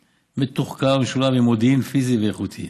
מתוחכם המשולב עם מודיעין פיזי איכותי.